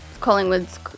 Collingwood's